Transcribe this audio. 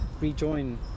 rejoin